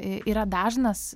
yra dažnas